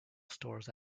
stores